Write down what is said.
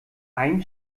ein